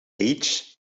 age